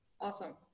awesome